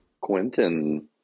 Quentin